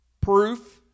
proof